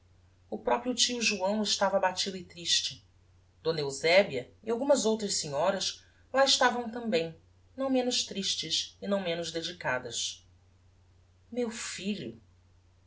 o proprio tio joão estava abatido e triste d eusebia e algumas outras senhoras lá estavam tambem não menos tristes e não menos dedicadas meu filho